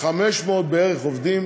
בערך 500 עובדים